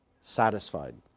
satisfied